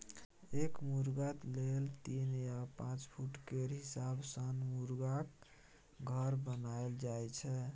एक मुरगा लेल तीन या पाँच फुट केर हिसाब सँ मुरगाक घर बनाएल जाइ छै